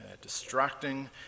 distracting